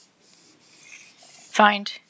find